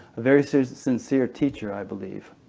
very so sincere teacher, i believe.